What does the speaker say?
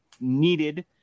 needed